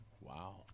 Wow